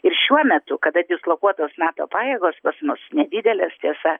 ir šiuo metu kada dislokuotos nato pajėgos pas mus nedidelės tiesa